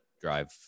drive